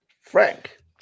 Frank